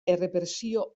errepresio